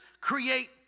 create